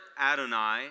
Adonai